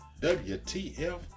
WTF